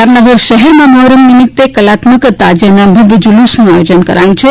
જામનગર શહેરમાં મહોરમ નિમિત્તે કાલત્મક તાજીયાના ભવ્ય જુલુસનું આયોજન કરાયું છે